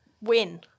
win